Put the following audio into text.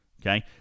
Okay